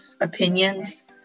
opinions